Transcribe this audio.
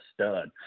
stud